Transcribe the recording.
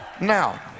Now